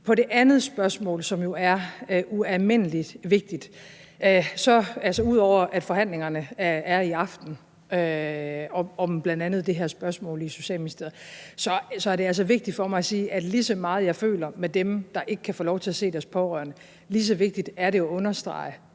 det her spørgsmål i Socialministeriet, så er det altså vigtigt for mig at sige, at lige så meget, som jeg føler med dem, der ikke kan få lov til at se deres pårørende, lige så vigtigt er det jo at understrege,